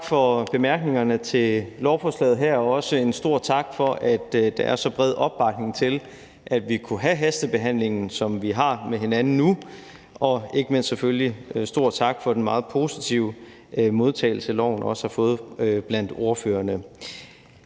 Tak for bemærkningerne til lovforslaget her, også en stor tak for, at der er så bred opbakning til, at vi kunne have den hastebehandling, som vi har nu, og ikke mindst selvfølgelig stor tak for den meget positive modtagelse, som lovforslaget har fået af ordførerne.